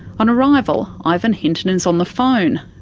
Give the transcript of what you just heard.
on arrival, ivan hinton is on the phone,